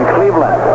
Cleveland